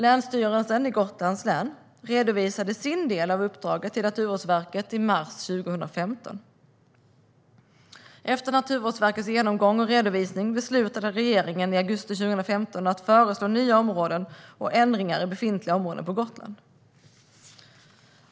Länsstyrelsen i Gotlands län redovisade sin del av uppdraget till Naturvårdsverket i mars 2015. Efter Naturvårdsverkets genomgång och redovisning beslutade regeringen i augusti 2015 att föreslå nya områden och ändringar i befintliga områden på Gotland.